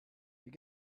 you